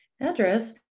address